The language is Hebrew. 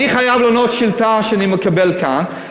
אני חייב לענות על שאילתה שאני מקבל כאן.